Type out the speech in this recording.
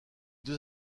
deux